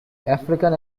african